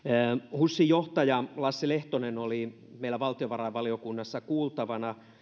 husin johtaja lasse lehtonen oli meillä valtiovarainvaliokunnassa kuultavana